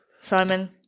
Simon